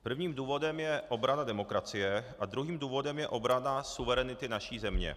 Prvním důvodem je obrana demokracie a druhým důvodem je obrana suverenity naší země.